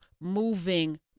moving